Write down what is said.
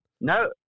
No